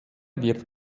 wird